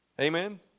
Amen